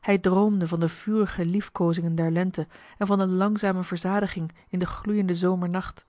hij droomde van de vurige liefkozingen der lente en van de langzame verzadiging in den gloeienden zomernacht